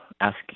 asking